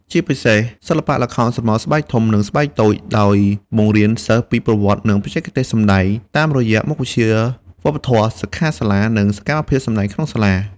ជាពិសេសសិល្បៈល្ខោនស្រមោលស្បែកធំ និងស្បែកតូច ដោយបង្រៀនសិស្សពីប្រវត្តិ និងបច្ចេកទេសសម្តែង តាមរយៈមុខវិជ្ជាវប្បធម៌ សិក្ខាសាលា និងសកម្មភាពសម្តែងក្នុងសាលា។